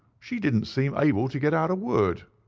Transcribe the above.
she didn't seem able to get out a word.